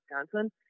Wisconsin